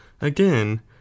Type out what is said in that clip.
again